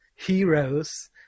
Heroes